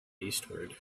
eastward